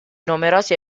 numerosi